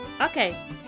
Okay